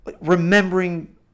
remembering